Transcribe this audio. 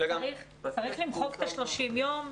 צריך למחוק את ה-30 יום.